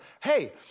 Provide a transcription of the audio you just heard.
hey